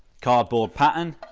cardboard pattern